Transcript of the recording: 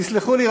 תסלחו לי,